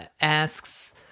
asks